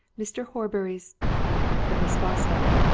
mr. horbury's but miss fosdyke,